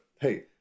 hey